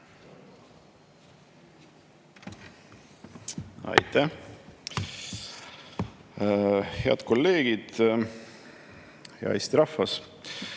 Aitäh! Head kolleegid! Hea Eesti rahvas!